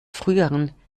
früheren